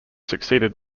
succeeded